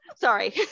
Sorry